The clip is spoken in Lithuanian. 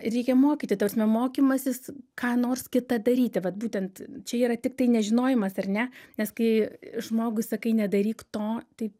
reikia mokyti ta prasme mokymasis ką nors kita daryti vat būtent čia yra tiktai nežinojimas ar ne nes kai žmogui sakai nedaryk to tai